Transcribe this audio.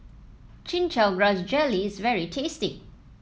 Chin Chow Grass Jelly is very tasty